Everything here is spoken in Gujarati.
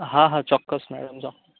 હા હા ચોક્કસ મેડમ ચો